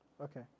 Okay